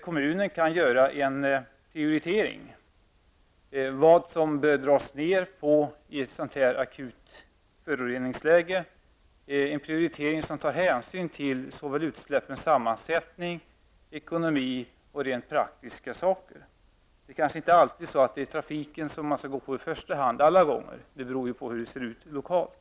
Kommunen skall kunna göra en prioritering över vilka utsläpp som bör dras ner i ett akut föroreningsläge, en prioritering som tar hänsyn till såväl utsläppens sammansättning, ekonomin och rent praktiska frågor. Det kanske inte alla gånger är trafiken som man skall gå på i första hand. Det beror på hur det ser ut lokalt.